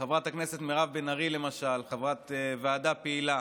חברת הכנסת מירב בן ארי, למשל, חברת ועדה פעילה,